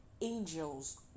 angels